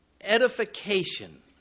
edification